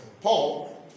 paul